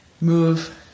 move